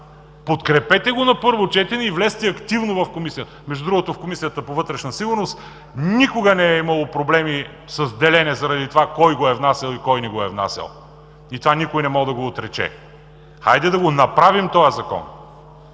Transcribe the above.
подкрепете го на първо четене и влезте активно в Комисията. Между другото, в Комисията по вътрешна сигурност и обществен ред никога не е имало проблеми с делене заради това кой го е внасял и кой не го е внасял. И това никой не може да го отрече. Хайде да го направим този Закон!